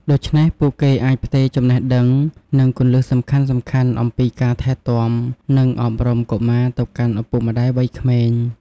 ដូច្នេះ ពួកគេអាចផ្ទេរចំណេះដឹង និងគន្លឹះសំខាន់ៗអំពីការថែទាំ និងអប់រំកុមារទៅកាន់ឪពុកម្ដាយវ័យក្មេង។